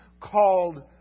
called